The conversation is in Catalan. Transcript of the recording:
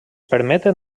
permeten